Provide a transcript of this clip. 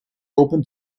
open